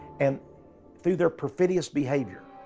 and through their perfidious behavior,